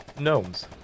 Gnomes